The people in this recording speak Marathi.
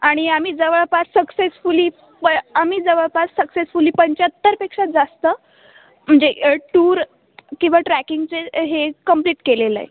आणि आम्ही जवळपास सक्सेसफुली प आम्ही जवळपास सक्सेसफुली पंचाहत्तरपेक्षा जास्त म्हणजे टूर किंवा ट्रॅकिंगचे हे कम्प्लीट केलेलं आहे